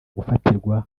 gufatirwa